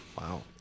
Wow